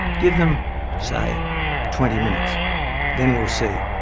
give them say twenty minutes then we'll see.